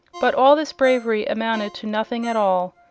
but all this bravery amounted to nothing at all.